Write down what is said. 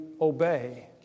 obey